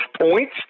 points